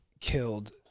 killed